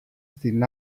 στην